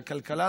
לכלכלה,